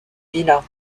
villa